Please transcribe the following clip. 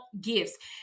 gifts